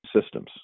systems